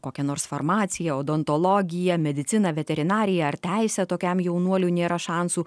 kokia nors farmacija odontologija medicina veterinarija ar teisė tokiam jaunuoliui nėra šansų